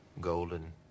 golden